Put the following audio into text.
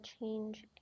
change